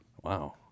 wow